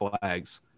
Flags